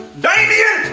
damien!